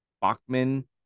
Bachman